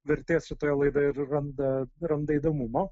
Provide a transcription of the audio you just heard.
vertės šitoje laidoje ir randa randa įdomumo